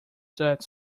that